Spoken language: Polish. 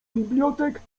bibliotek